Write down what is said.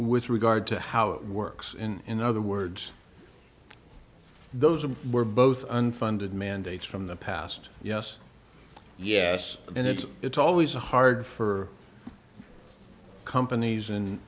with regard to how it works in other words those were both unfunded mandates from the past yes yes and it's it's always hard for companies and